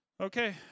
okay